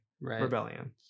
rebellion